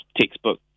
textbook